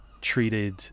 treated